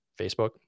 Facebook